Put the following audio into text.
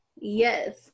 Yes